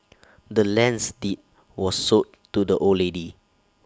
the land's deed was sold to the old lady